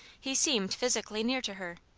he seemed physically near to her.